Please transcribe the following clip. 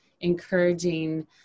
Encouraging